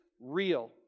real